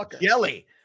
Yelly